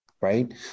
right